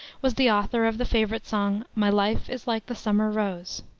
was the author of the favorite song, my life is like the summer rose.